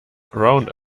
round